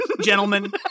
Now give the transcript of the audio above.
gentlemen